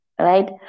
right